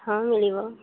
ହଁ ମିଳିବ